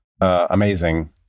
Amazing